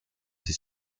ces